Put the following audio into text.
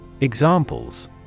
Examples